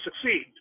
succeed